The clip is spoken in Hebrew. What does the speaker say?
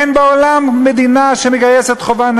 אין בעולם מדינה שמגייסת נשים בחובה.